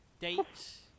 dates